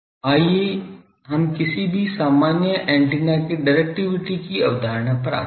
आइए हम किसी भी सामान्य एंटीना की डिरेक्टिविटी की अवधारणा पर आते हैं